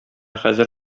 хәзер